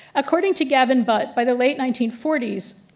according to gavin butt, by the late nineteen forty s,